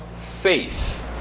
faith